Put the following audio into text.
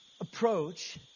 approach